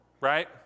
Right